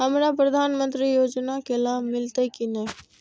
हमरा प्रधानमंत्री योजना के लाभ मिलते की ने?